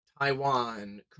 Taiwan